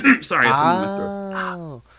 Sorry